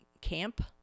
camp